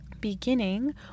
beginning